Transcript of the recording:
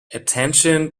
attention